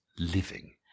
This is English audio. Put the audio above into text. Living